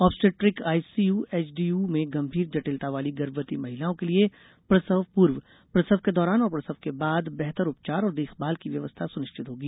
obstetric ICU HDU में गंभीर जटिलता वाली गर्भवती महिलाओं के लिये प्रसव पूर्व प्रसव के दौरान और प्रसव के बाद बेहतर उपचार और देखभाल की व्यवस्था सुनिश्चित होगी